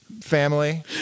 family